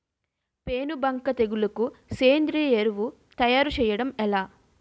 పేను బంక తెగులుకు సేంద్రీయ ఎరువు తయారు చేయడం ఎలా?